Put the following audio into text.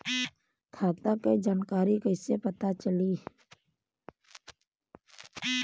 खाता के जानकारी कइसे पता चली?